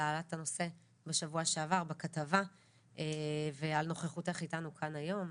העלאת הנושא בשבוע שעבר בכתבה ועל נוכחותך איתנו כאן היום.